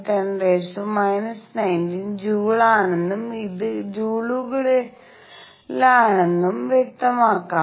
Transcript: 6 × 10⁻¹⁹ joule ആണെന്നും ഇത് ജൂളുകളിലാണെന്നും വ്യക്തമാക്കാം